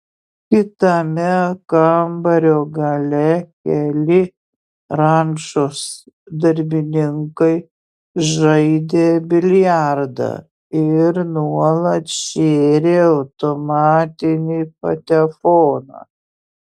kitame kambario gale keli rančos darbininkai žaidė biliardą ir nuolat šėrė automatinį patefoną